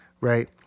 Right